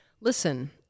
Listen